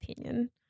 opinion